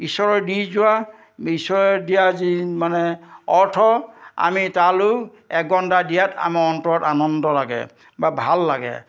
ঈশ্বৰে দি যোৱা ঈশ্বৰে দিয়া যি মানে অৰ্থ আমি তালেও এগন্দা দিয়াত আমাৰ অন্তৰত আনন্দ লাগে বা ভাল লাগে